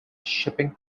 shipping